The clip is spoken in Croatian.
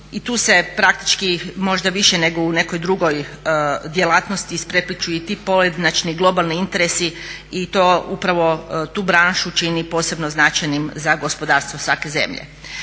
i tu se praktički možda više nego u nekoj drugoj djelatnosti isprepliću i ti pojedinačni globalni interesi i to upravo tu branšu čini posebno značajnim za gospodarstvo svake zemlje.